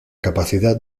capacidad